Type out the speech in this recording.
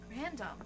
random